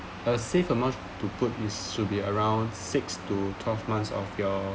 a safe amount to put it should be around six to twelve months of your